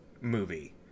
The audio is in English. movie